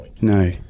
no